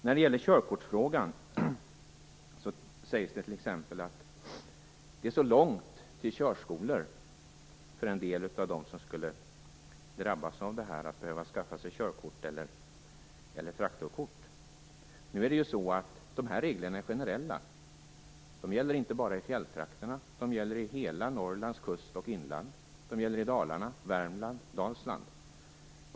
När det gäller körkortsfrågan sägs det t.ex. att det är så långt till körskolor för en del av dem som skulle drabbas av att behöva skaffa sig körkort eller traktorkort. Dessa regler är ju generella. De gäller inte bara i fjälltrakterna. De gäller i hela Norrlands kust och inland. De gäller i Dalarna, Värmland och Dalsland.